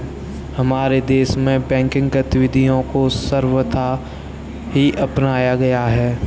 हमारे देश में बैंकिंग गतिविधियां को सर्वथा ही अपनाया गया है